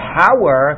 power